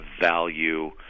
value